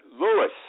Lewis